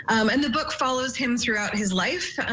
um and the book follows him throughout his life.